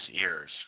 ears